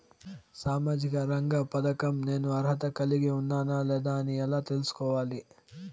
సామాజిక రంగ పథకం నేను అర్హత కలిగి ఉన్నానా లేదా అని ఎలా తెల్సుకోవాలి?